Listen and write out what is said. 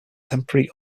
temporary